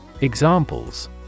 Examples